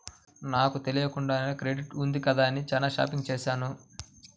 నాకు తెలియకుండానే క్రెడిట్ ఉంది కదా అని చానా షాపింగ్ చేశాను